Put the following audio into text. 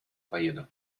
поеду